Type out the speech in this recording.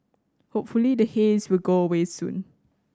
hopefully the haze will go away soon